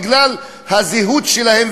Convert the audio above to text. בגלל הזהות שלהם,